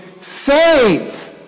save